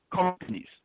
companies